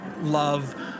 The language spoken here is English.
love